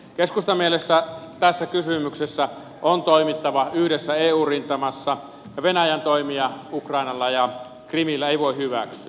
keskustan mielestä tässä kysymyksessä on toimittava yhdessä eu rintamassa ja venäjän toimia ukrainassa ja krimillä ei voi hyväksyä